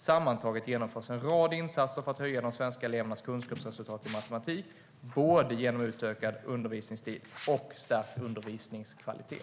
Sammantaget genomförs en rad insatser för att höja de svenska elevernas kunskapsresultat i matematik både genom utökad undervisningstid och stärkt undervisningskvalitet.